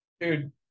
Dude